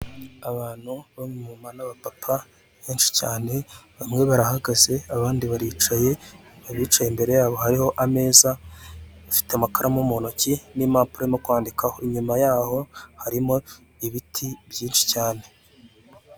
Umuhanda urimo imirongo y'umweru igaragaza aho abanyamaguru bambukira, hirya hari inyubako zitandukanye zigeretse ndetse n'izitageretse.